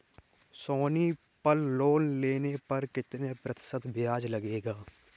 सोनी पल लोन लेने पर कितने प्रतिशत ब्याज लगेगा?